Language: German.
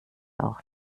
auch